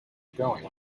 going